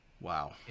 Wow